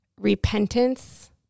repentance